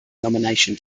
nomination